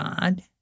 God